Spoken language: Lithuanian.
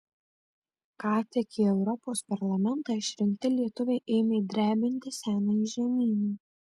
ką tik į europos parlamentą išrinkti lietuviai ėmė drebinti senąjį žemyną